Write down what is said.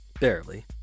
barely